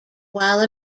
while